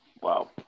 Wow